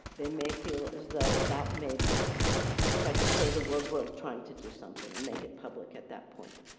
they may feel as though that may try to show the world world trying to do something and make it public at that point.